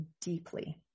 deeply